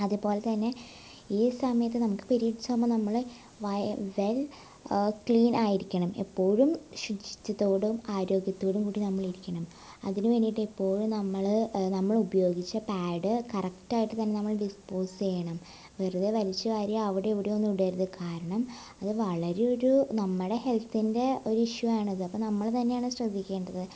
അതുപോലെ തന്നെ ഈ സമയത്ത് നമുക്ക് പീരിഡ്സാകുമ്പോൾ നമ്മൾ വെൽ ക്ലീൻ ആയിരിക്കണം എപ്പോഴും ശുചിത്വത്തോടും ആരോഗ്യത്തോടും കൂടി നമ്മൾ ഇരിക്കണം അതിന് വേണ്ടിയിട്ട് എപ്പോഴും നമ്മൾ നമ്മൾ ഉപയോഗിച്ച പാഡ് കറക്റ്റ് ആയിട്ട് തന്നെ ഡിസ്പോസ് ചെയ്യണം വെറുതെ വലിച്ച് വാരി അവിടെ ഇവിടെ ഒന്നും ഇടരുത് കാരണം അത് വളരെ ഒരു നമ്മുടെ ഒരു ഹെൽത്തിൻ്റെ ഒരു ഇഷ്യു ആണ് അത് അപ്പം നമ്മൾ തന്നെയാണ് ശ്രദ്ധിക്കേണ്ടത്